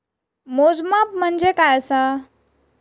मोजमाप म्हणजे काय असा?